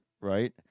right